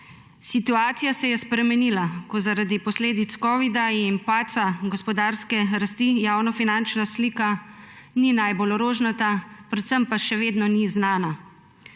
Situacija se je spremenila, ko zaradi posledic covida in padca gospodarske rasti javnofinančna slika ni najbolj rožnata, predvsem pa še vedno ni znana.